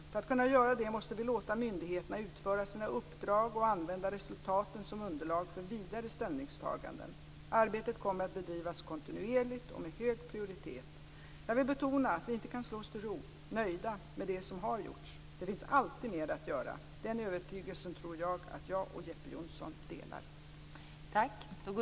För att kunna göra det måste vi låta myndigheterna utföra sina uppdrag och använda resultaten som underlag för vidare ställningstaganden. Arbetet kommer att bedrivas kontinuerligt och med hög prioritet. Jag vill betona att vi inte kan slå oss till ro, nöjda med det som har gjorts. Det finns alltid mer att göra. Den övertygelsen tror jag att jag och Jeppe Johnsson delar.